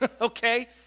okay